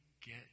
get